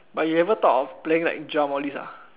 but you ever thought of playing like drums all these